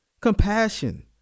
Compassion